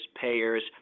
payers